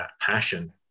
passion